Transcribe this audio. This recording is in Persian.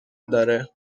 داره